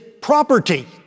property